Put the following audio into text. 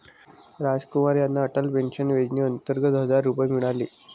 रामकुमार यांना अटल पेन्शन योजनेअंतर्गत हजार रुपये मिळाले